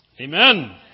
amen